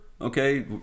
Okay